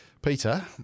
Peter